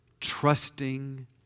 trusting